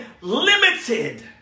limited